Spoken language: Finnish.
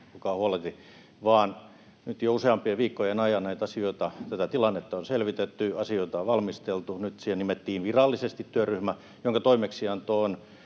olkaa huoleti, vaan nyt jo useampien viikkojen ajan näitä asioita ja tätä tilannetta on selvitetty ja asioita on valmisteltu. Nyt siihen nimettiin virallisesti työryhmä, jonka toimeksianto on